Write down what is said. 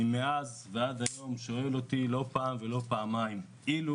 מאז ועד היום אני שואל את עצמי: אילו